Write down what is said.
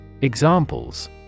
Examples